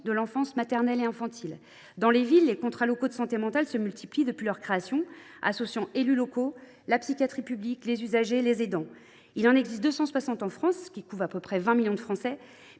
de protection maternelle et infantile. Dans les villes, les contrats locaux de santé mentale se multiplient depuis leur création, associant les élus locaux, la psychiatrie publique, les usagers et les aidants. Il en existe 260 en France, couvrant environ 20 millions de Français,